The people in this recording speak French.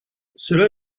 cela